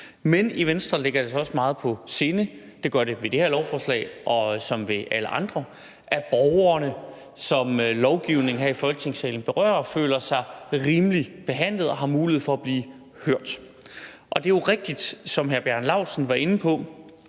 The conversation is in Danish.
I Venstre ligger det os altså også meget på sinde – det gør det ved det her lovforslag som ved alle andre – at de borgere, som lovgivningen her i Folketingssalen berører, føler sig rimeligt behandlet og har mulighed for at blive hørt. Det er rigtigt, som hr. Bjarne Laustsen var inde på,